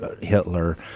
Hitler